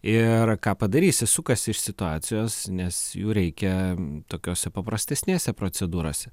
ir ką padarysi sukasi iš situacijos nes jų reikia tokiose paprastesnėse procedūrose